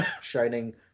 Shining